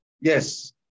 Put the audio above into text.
Yes